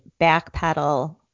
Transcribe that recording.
backpedal